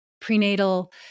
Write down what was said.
prenatal